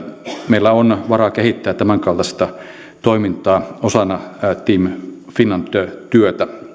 meillä on varaa kehittää tämänkaltaista toimintaa osana team finland työtä